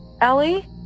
Ellie